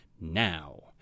now